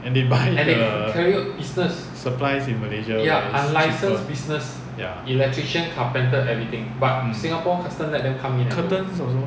and they buy the supplies in malaysia where it's cheaper ya mm curtains also